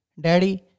Daddy